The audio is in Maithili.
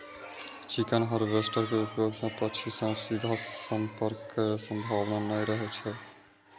चिकन हार्वेस्टर के उपयोग सं पक्षी सं सीधा संपर्कक संभावना नै रहै छै